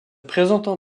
présentant